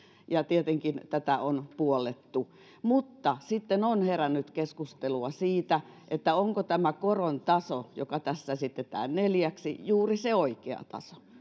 ja tietenkin tätä on puollettu mutta sitten on herännyt keskustelua siitä onko tämä koron taso joka tässä esitetään neljäksi juuri se oikea taso